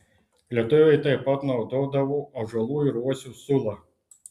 lietuviai taip pat naudodavo ąžuolų ir uosių sulą